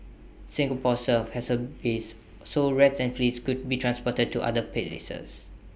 Singapore served has A base so rats and fleas could be transported to other places